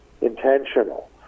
intentional